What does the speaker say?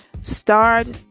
Start